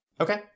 Okay